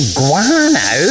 guano